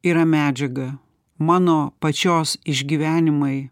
yra medžiaga mano pačios išgyvenimai